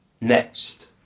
Next